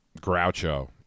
Groucho